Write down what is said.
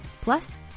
Plus